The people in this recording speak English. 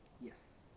Yes